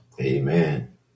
Amen